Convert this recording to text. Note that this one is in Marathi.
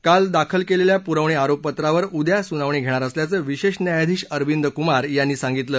काल दाखल केलेल्या पुरवणी आरोपपत्रावर उद्या सुनावणी घेणार असल्याचं विशेष न्यायाधिश अरविद कुमार यांनी सांगितलं